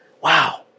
Wow